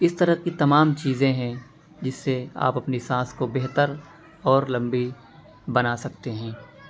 اس طرح کی تمام چیزیں ہیں جس سے آپ اپنی سانس کو بہتر اور لمبی بنا سکتے ہیں